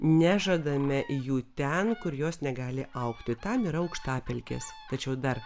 nežadame jų ten kur jos negali augti tam yra aukštapelkės tačiau dar